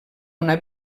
una